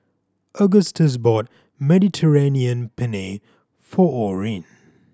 Agustus bought Mediterranean Penne for Orren